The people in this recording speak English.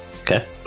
Okay